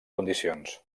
condicions